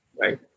right